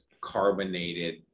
carbonated